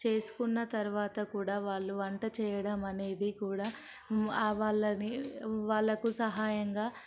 చేసుకున్న తర్వాత కూడా వాళ్ళు వంట చేయడం అనేది కూడా వాళ్ళని వాళ్లకు సహాయంగా